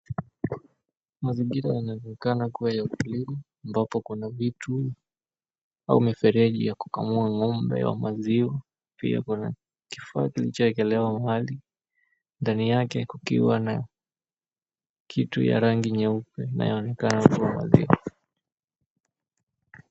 Mazingira yanaonekana kuwa ya wakulima, ambapo kuna vitu au mifreji ya kukamua ng'ombe wa maziwa, pia kuna kifaa kinachoekelewa mahali ndani yake kukiwa na kitu ya rangi nyeupe inayoonekanakuwa maziwa.